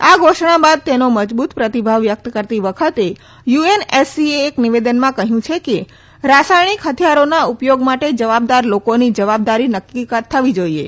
આ ધોષણા બાદ તેનો મજબુત પ્રતિભાવ વ્યકત કરતી વખતે યુએનએસસીએ એક નિવેદનમાં કહયું છે કે રાસાયણિક હથિયારોના ઉપયોગ માટે જવાબદાર લોકોની જવાબદારી નકકી થવી જોઇએ